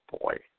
boy